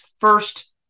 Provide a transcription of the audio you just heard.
first